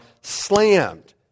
slammed